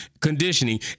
conditioning